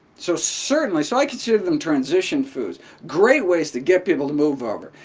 so certainly, so i consider them transition foods, great ways to get people to move over.